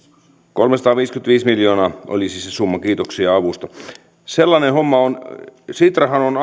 kolmesataaviisikymmentäviisi miljoonaa olisi se summa kiitoksia avusta sitrahan on